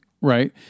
right